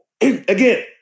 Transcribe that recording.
Again